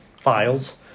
files